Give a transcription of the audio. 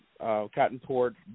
Cottonport